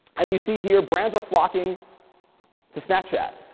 and you see here brands are flocking to snapchat,